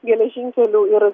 geležinkelių ir